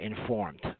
Informed